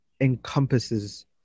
encompasses